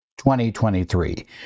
2023